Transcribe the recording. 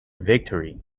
victory